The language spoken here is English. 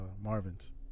Marvin's